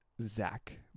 zach